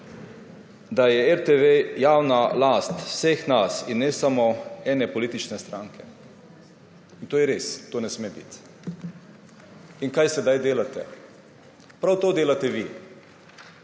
da je RTV javna last, vseh nas in ne samo ene politične stranke. In to je res, to ne sme biti. In kaj sedaj delate? Prav to delate vi.